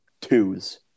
twos